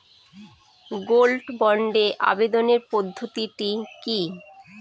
Gold বন্ডে আবেদনের পদ্ধতিটি কি?